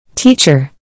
Teacher